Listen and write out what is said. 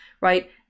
right